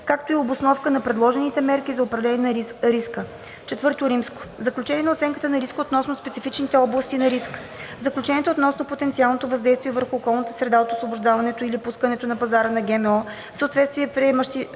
както и обосновка на предложените мерки за управление на риска. IV. Заключения от оценката на риска относно специфичните области на риск: Заключенията относно потенциалното въздействие върху околната среда от освобождаването или пускането на пазара на ГМО в съответните приемащи